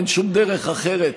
אין שום דרך אחרת